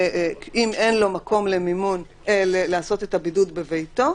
אם אין לו מקום לעשות את הבידוד בביתו,